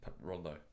Rondo